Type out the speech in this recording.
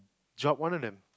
drop one of them